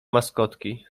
maskotki